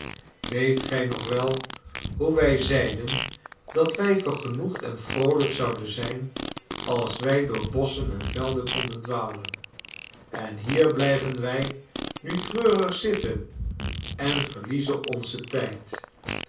weet gij nog wei hoe wij zeiden dat wij vergenoegd en vroolijk zouden zijn als wij door bosschen en velden konden dwaien en hier blijven wij nu treurig zitten en verliezen onzen tijd